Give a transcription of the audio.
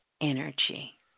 energy